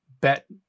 bet